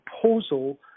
proposal